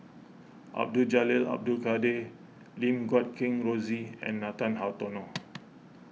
Abdul Jalil Abdul Kadir Lim Guat Kheng Rosie and Nathan Hartono